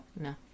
No